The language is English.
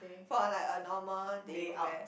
for like a normal day where